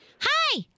Hi